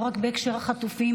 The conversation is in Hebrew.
לא רק בהקשר של החטופים,